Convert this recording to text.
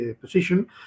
position